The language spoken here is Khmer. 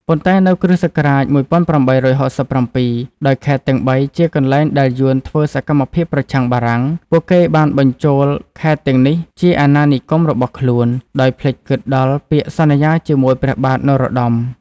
ប៉ុន្តែនៅគ.ស. ១៨៦៧ ដោយខេត្តទាំងបីជាកន្លែងដែលយួនធ្វើសកម្មភាពប្រឆាំងបារាំង ពួកគេបានបញ្ចូលខេត្តទាំងនេះជាអាណានិគមរបស់ខ្លួន ដោយភ្លេចគិតដល់ពាក្យសន្យាជាមួយព្រះបាទនរោត្តម។